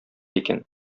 икән